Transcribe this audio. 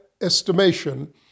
estimation